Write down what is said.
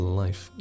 life